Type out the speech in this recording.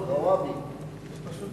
ההצעה